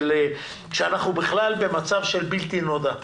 כשאנחנו בכלל במצב של בלתי נודע.